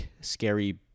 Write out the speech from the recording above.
scary